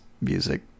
music